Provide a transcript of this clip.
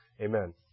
Amen